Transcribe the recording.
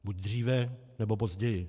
Buď dříve, nebo později.